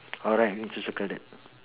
alright need to circle that